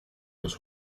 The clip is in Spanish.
los